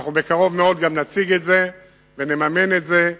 בקרוב מאוד גם נציג את זה ונממן את זה.